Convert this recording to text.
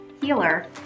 healer